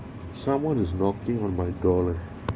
someone is knocking on my door leh